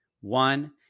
One